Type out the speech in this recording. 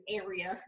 area